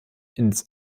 ins